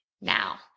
now